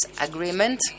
agreement